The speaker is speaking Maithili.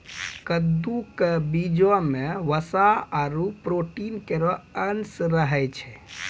कद्दू क बीजो म वसा आरु प्रोटीन केरो अंश रहै छै